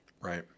Right